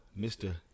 Mr